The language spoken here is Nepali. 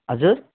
हजुर